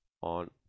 on